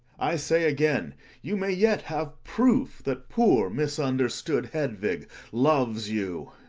i say again you may yet have proof that poor, mis understood hedvig loves you!